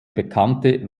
bekannte